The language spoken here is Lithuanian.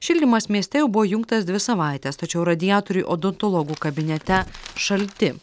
šildymas mieste jau buvo įjungtas dvi savaites tačiau radiatoriai odontologų kabinete šalti